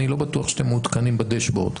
אני לא בטוח שאתם מעודכנים בדשבורד.